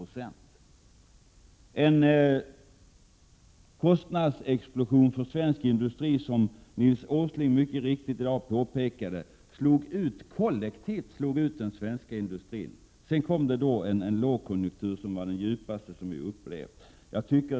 Det var en kostnadsexplosion för svensk industri, som Nils Åsling i dag mycket riktigt påtalade, och denna slog så att säga kollektivt ut den svenska industrin. Sedan kom den djupaste lågkonjunktur som vi någonsin har upplevt.